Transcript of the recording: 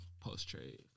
post-trade